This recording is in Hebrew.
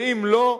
ואם לא,